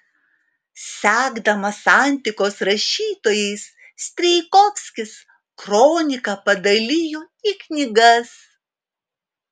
sekdamas antikos rašytojais strijkovskis kroniką padalijo į knygas